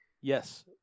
Yes